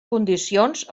condicions